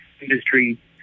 industry